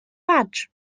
badge